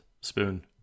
Spoon